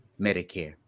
Medicare